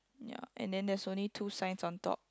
ya and then there's only two signs on top